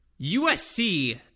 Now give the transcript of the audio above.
USC